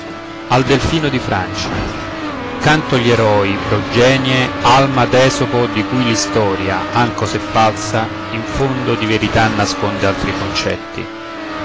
al delfino di francia canto gli eroi progenie alma d'esopo di cui l'istoria anco se falsa in fondo di verità nasconde alti concetti